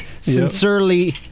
Sincerely